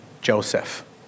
Joseph